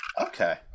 okay